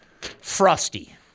Frosty